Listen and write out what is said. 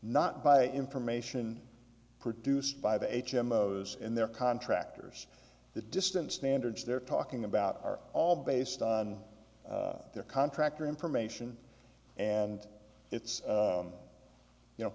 not by information produced by the h m o's in their contractors the distance standards they're talking about are all based on their contractor information and it's you know